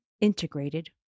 integrated